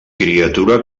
criatura